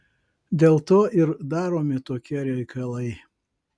dėl to ir daromi tokie reikalai